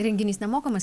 renginys nemokamas